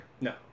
No